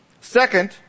Second